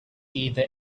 either